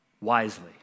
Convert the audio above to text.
Wisely